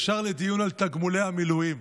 ישר לדיון על תגמולי המילואים.